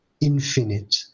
infinite